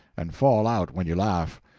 and fall out when you laugh.